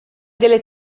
delle